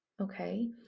Okay